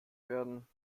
werden